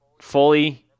fully